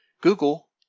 google